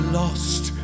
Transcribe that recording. lost